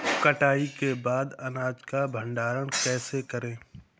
कटाई के बाद अनाज का भंडारण कैसे करें?